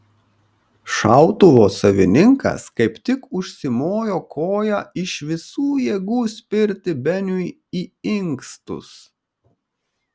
šautuvo savininkas kaip tik užsimojo koja iš visų jėgų spirti beniui į inkstus